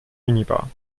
minibar